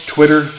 Twitter